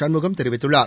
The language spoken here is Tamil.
சண்முகம் தெரிவித்துள்ளார்